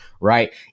right